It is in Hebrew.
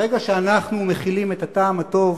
ברגע שאנחנו מחילים את הטעם הטוב